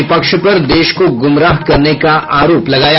विपक्ष पर देश को गुमराह करने का आरोप लगाया